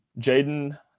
Jaden